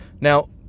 now